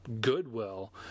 Goodwill